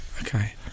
Okay